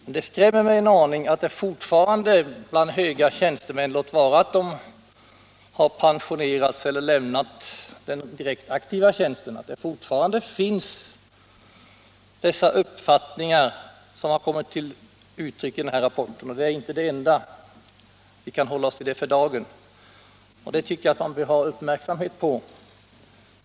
Men det skrämmer mig en aning att det fortfarande bland höga tjänstemän — låt vara att de pensionerats eller lämnat den direkt aktiva tjänsten — finns sådana uppfattningar som kommit till uttryck i denna rapport. Och det är inte det enda fallet, men vi kan hålla oss till det för dagen. Detta tycker jag man bör ha uppmärksamheten på.